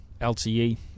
LTE